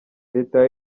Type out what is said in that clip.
leta